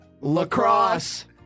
Lacrosse